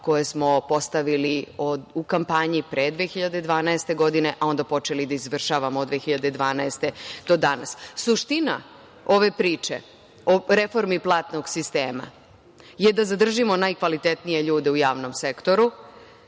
koje smo postavili u kampanji pre 2012. godine, a onda počeli da izvršavamo od 2012. godine do danas. Suština ove priče o reformi platnog sistema je da zadržimo najkvalitetnije ljude u javnom sektoru